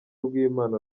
rw’imana